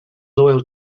loyal